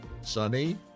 sunny